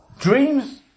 Dreams